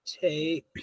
take